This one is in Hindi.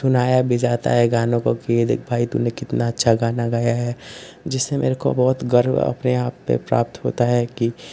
सुनाया भी जाता है गाने को कि यह देख भाई तुमने कितना अच्छा गाना गाया है जिससे मुझको बहुत गर्व अपने आप पर प्राप्त होता है कि